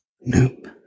Nope